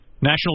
National